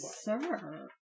sir